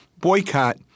boycott